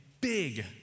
big